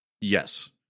Yes